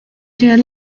llegar